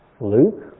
Luke